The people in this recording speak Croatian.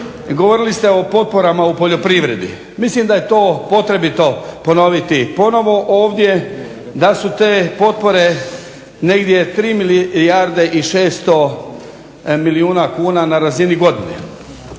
govorili ste o potporama u poljoprivredi, mislim da je to potrebito ponoviti ovdje da su te potpore 3 milijarde i 600 milijuna kuna na razini godine